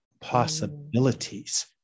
possibilities